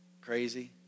crazy